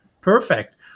perfect